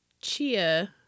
chia